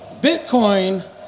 Bitcoin